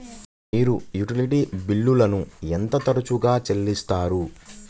మీరు యుటిలిటీ బిల్లులను ఎంత తరచుగా చెల్లిస్తారు?